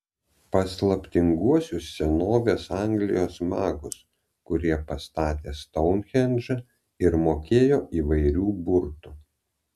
paslaptinguosius senovės anglijos magus kurie pastatė stounhendžą ir mokėjo įvairių burtų